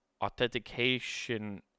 authentication